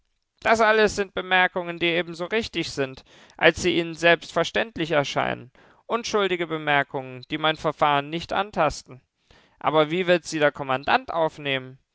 das alles sind bemerkungen die ebenso richtig sind als sie ihnen selbstverständlich erscheinen unschuldige bemerkungen die mein verfahren nicht antasten aber wie wird sie der kommandant aufnehmen